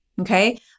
okay